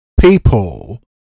people